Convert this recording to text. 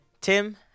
Tim